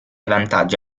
vantaggi